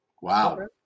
Wow